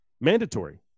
mandatory